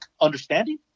understanding